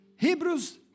Hebrews